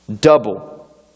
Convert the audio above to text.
Double